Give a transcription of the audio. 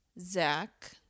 Zach